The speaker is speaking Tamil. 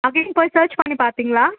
அகைன் போய் சர்ச் பண்ணி பார்த்தீங்களா